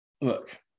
Look